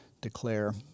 declare